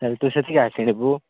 ତାହଲେ ତୁ ସେଠିକି ଆ କିଣିବୁ